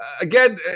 Again